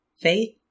faith